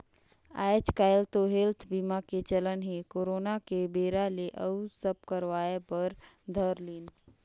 आएज काएल तो हेल्थ बीमा के चलन हे करोना के बेरा ले अउ सब करवाय बर धर लिन